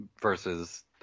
versus